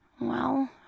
Well